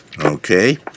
Okay